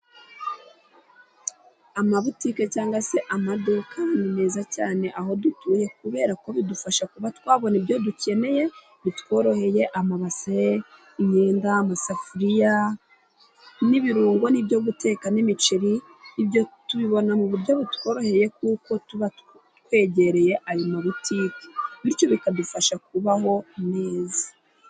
Amabutike cyangwa se amaduka ni meza cyane aho dutuye kubera ko bidufasha kuba twabona ibyo dukeneye bitworoheye amabase, imyenda, amasafuriya n'ibirungo n'ibyo guteka n'imiceri. Ibyo tubibona mu buryo butworoheye kuko tuba twegereye ayo mabutike bityo bikadufasha kubaho neza.